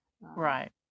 Right